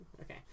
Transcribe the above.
Okay